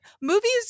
movies